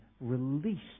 released